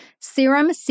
Serum